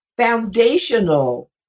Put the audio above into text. foundational